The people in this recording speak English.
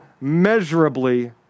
measurably